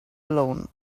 alone